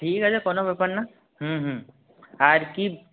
ঠিক আছে কো্নো ব্যাপার না হুম হুম আর কী